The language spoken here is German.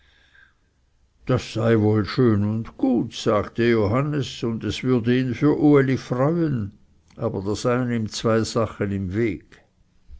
das sei wohl schön und gut sagte johannes und es würde ihn für uli freuen aber da seien ihm zwei sachen im weg